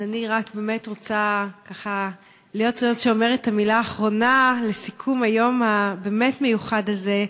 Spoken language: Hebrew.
אני רק רוצה להיות זו שאומרת את המילה האחרונה לסיכום היום המיוחד הזה,